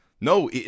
no